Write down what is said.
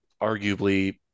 arguably